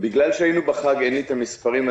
בגלל שהיינו בחג, אין לי את המספרים.